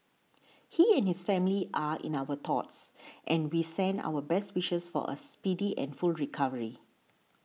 he and his family are in our thoughts and we send our best wishes for a speedy and full recovery